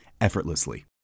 effortlessly